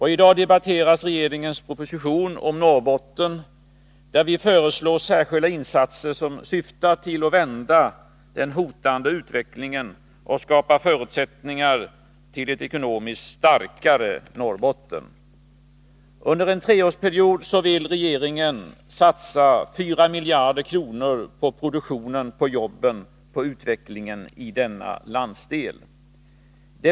I dag debatteras regeringens proposition om Norrbotten, där vi föreslår särskilda insatser som syftar till att vända den hotande utvecklingen och skapa förutsättningar för ett ekonomiskt starkare Norrbotten. Under en treårsperiod vill regeringen satsa 4 miljarder kronor på produktionen, på jobben och på utvecklingen i denna landsdel.